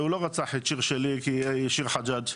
הוא לא רצח את שיר שלי כי היא שיר חג'אג',